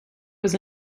was